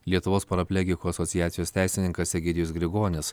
lietuvos paraplegikų asociacijos teisininkas egidijus grigonis